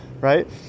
right